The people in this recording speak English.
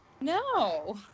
No